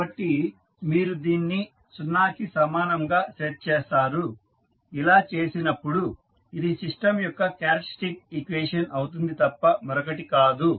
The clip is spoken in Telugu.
కాబట్టి మీరు దీన్ని 0 కి సమానముగా సెట్ చేస్తారు ఇలా చేసినప్పుడు ఇది సిస్టం యొక్క క్యారెక్టరిస్టిక్ ఈక్వేషన్ అవుతుంది తప్ప మరొకటి కాదు